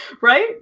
Right